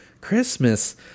Christmas